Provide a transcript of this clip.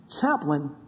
chaplain